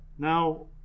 Now